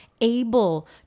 able